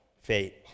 fate